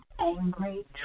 Angry